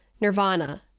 Nirvana